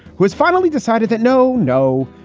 who has finally decided that, no, no,